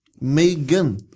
Megan